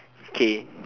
it's k